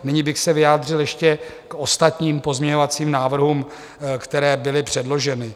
Nyní bych se vyjádřil ještě k ostatním pozměňovacím návrhům, které byly předloženy.